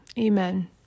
Amen